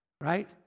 right